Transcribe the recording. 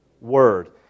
...word